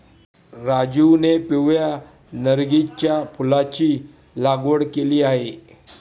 राजीवने पिवळ्या नर्गिसच्या फुलाची लागवड केली आहे